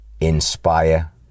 inspire